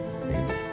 Amen